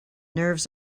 nerves